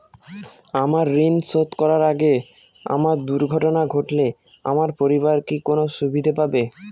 আমার ঋণ শোধ করার আগে আমার দুর্ঘটনা ঘটলে আমার পরিবার কি কোনো সুবিধে পাবে?